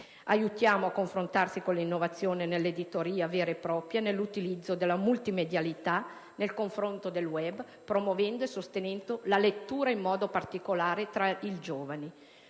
Aiutiamo a confrontarsi con l'innovazione nell'editoria vera e propria, nell'utilizzo della multimedialità, nel confronto del *web*, promuovendo e sostenendo la lettura, in modo particolare tra i giovani.